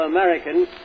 Americans